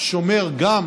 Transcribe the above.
שומר גם